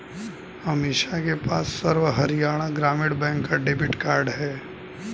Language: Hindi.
अमीषा के पास सर्व हरियाणा ग्रामीण बैंक का डेबिट कार्ड है